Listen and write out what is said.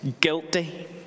guilty